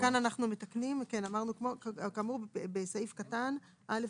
כאן אנו מתקנים - כאמור בסעיף קטן (א)